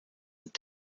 und